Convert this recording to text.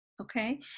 okay